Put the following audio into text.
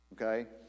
okay